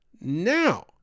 Now